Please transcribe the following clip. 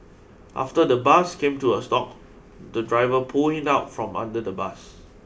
after the bus came to a stop the driver pulled him out from under the bus